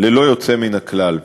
ללא יוצא מהכלל.